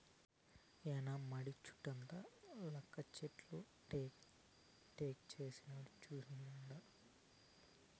మాయన్న మడి చుట్టూతా కంచెలెక్క టేకుచెట్లేసినాడు సూస్తినా